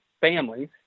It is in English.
families